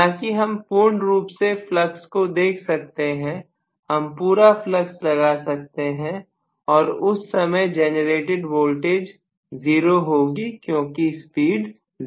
हालांकि हम पूर्ण रूप से फ्लक्स को देख सकते हैं हम पूरा फ्लक्स लगा सकते हैं और उस समय जेनरेटेड वोल्टेज 0 होगी क्योंकि स्पीड 0 है